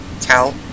tell